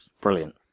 Brilliant